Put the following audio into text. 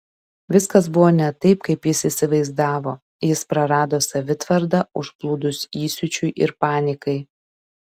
viskas buvo ne taip kaip jis įsivaizdavo jis prarado savitvardą užplūdus įsiūčiui ir panikai